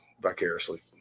vicariously